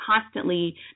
constantly